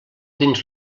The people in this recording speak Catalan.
dins